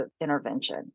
intervention